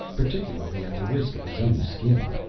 particularly at the risk of his own skin.